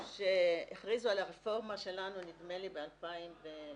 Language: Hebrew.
כשהכריזו על הרפורמה שלנו נדמה לי ב-2013,